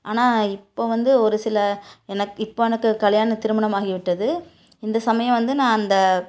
ஆனால் இப்போ வந்து ஒரு சில எனக்கு இப்போ எனக்கு கல்யாண திருமணமாகிவிட்டது இந்த சமயம் வந்து நான் அந்த